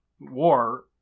War